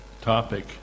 topic